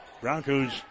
Broncos